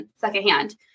secondhand